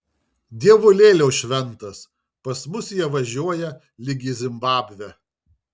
dievulėliau šventas pas mus jie važiuoja lyg į zimbabvę